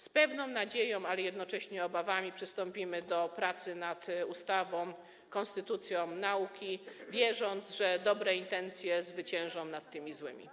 Z pewną nadzieją, ale jednocześnie z obawami, przystąpimy do pracy nad ustawą, konstytucją dla nauki, wierząc, że dobre intencje zwyciężą nad złymi.